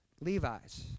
Levi's